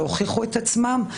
והוכיחו את עצמן.